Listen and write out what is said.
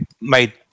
made